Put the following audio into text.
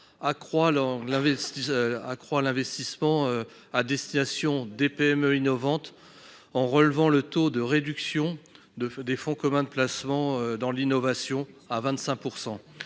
accroître l’investissement à destination des PME innovantes en relevant le taux de réduction des fonds communs de placement dans l’innovation à 25 %.